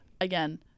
again